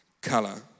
color